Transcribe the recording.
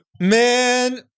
Man